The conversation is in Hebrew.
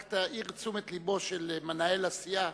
רק תעיר את תשומת לבו של מנהל הסיעה